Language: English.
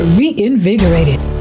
reinvigorated